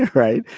right?